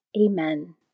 Amen